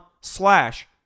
slash